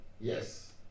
Yes